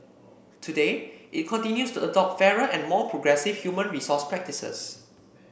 today it continues to adopt fairer and more progressive human resource practices